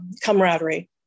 camaraderie